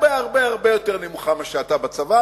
בדרגה הרבה-הרבה-הרבה-הרבה יותר נמוכה משלך בצבא,